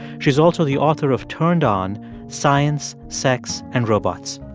she's also the author of turned on science, sex and robots.